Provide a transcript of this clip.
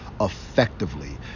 effectively